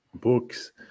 books